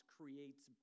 creates